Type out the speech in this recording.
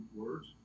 words